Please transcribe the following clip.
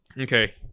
Okay